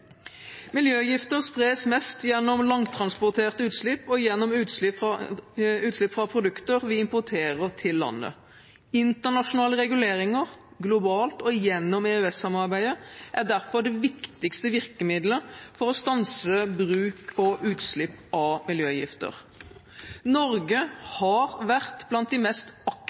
Miljøgifter spres mest gjennom langtransporterte utslipp og gjennom utslipp fra produkter vi importerer til landet. Internasjonale reguleringer, globalt og gjennom EØS-samarbeidet, er derfor det viktigste virkemidlet for å stanse bruk og utslipp av miljøgifter. Norge